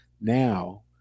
now